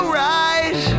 right